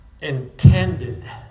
intended